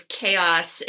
chaos